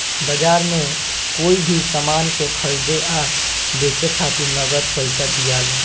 बाजार में कोई भी सामान के खरीदे आ बेचे खातिर नगद पइसा दियाला